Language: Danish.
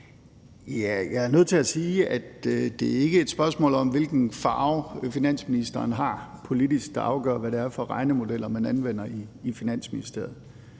Jeg er nødt til at sige, at det ikke er et spørgsmål om, hvilken farve finansministeren politisk har, der afgør, hvad det er for regnemodeller, man anvender i Finansministeriet.